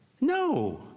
No